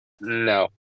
No